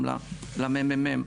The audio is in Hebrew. גם לממ"מ.